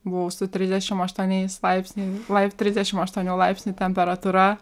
buvau su trisdešimt aštuoniais laipsniai laip trisdešimt aštuonių laipsnių temperatūra